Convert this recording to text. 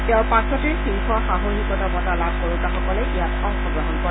তেওঁৰ পাছতেই শীৰ্ষ সাহসিকতাৰ বঁটা লাভ কৰোতাসকলে ইয়াত অংশগ্ৰহণ কৰে